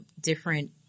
different